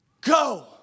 go